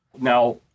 Now